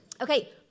okay